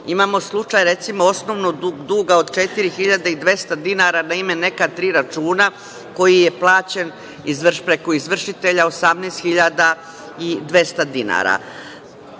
imamo slučaj, recimo, osnovnog duga od 4.200 dinara na ime neka tri računa koji je plaćen preko izvršitelja, 18.200